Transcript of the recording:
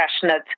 passionate